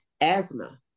asthma